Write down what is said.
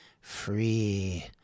Free